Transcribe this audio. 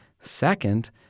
Second